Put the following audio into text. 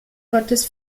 gottes